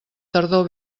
tardor